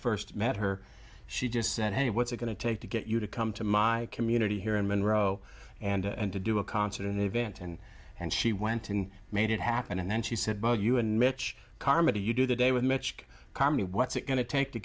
i st met her she just said hey what's going to take to get you to come to my community here in monroe and and to do a concert an event and and she went and made it happen and then she said but you and mitch carmody you do the day with mitch carmody what's it going to take to